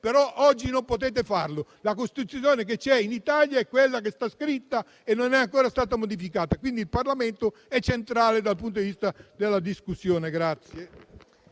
ma oggi non potete farlo. La Costituzione vigente in Italia è quella che non è ancora stata modificata. Quindi, il Parlamento è centrale dal punto di vista della discussione.